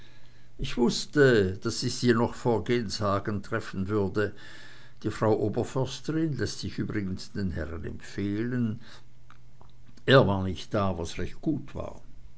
ich wußte daß ich sie noch vor genshagen treffen würde die frau oberförsterin läßt sich übrigens den herren empfehlen er war nicht da was recht gut war